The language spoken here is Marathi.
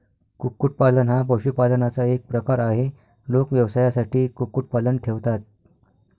कुक्कुटपालन हा पशुपालनाचा एक प्रकार आहे, लोक व्यवसायासाठी कुक्कुटपालन ठेवतात